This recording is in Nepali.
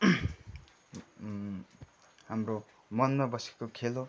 हाम्रो मनमा बसेको खेल हो